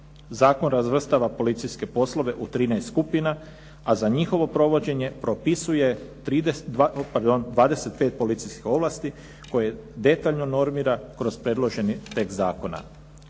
Zakon razvrstava policijske poslove u trinaest skupina a za njihovo provođenje propisuje 25 policijskih ovlasti koje detaljno normira kroz predloženi tekst zakona.